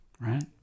Right